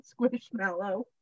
squishmallow